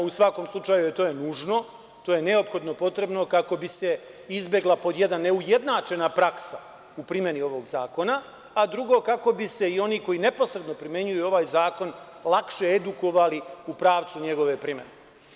U svakom slučaju, to je nužno, to je neophodno kako bi se izbegla, pod jedan, neujednačena praksa u primeni ovog zakona, a drugo, kako bi se i oni koji neposredno primenjuju ovaj zakon lakše edukovali u pravcu njegove primene.